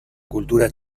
cultura